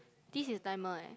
this is timer eh